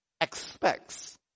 expects